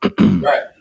Right